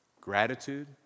Gratitude